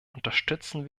unterstützen